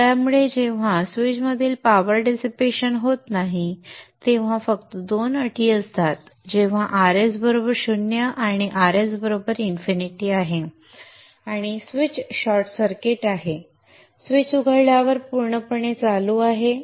त्यामुळे जेव्हा स्विचमधील पॉवर डिसिपेशन होत नाही तेव्हा फक्त दोन अटी असतात जेव्हा Rs 0 आहे आणि जेव्हा Rs इन्फिनिटी आहे आणि स्विच शॉर्ट सर्किट आहे स्विच उघडल्यावर पूर्णपणे चालू आहे